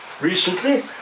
recently